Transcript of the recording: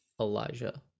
Elijah